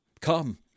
Come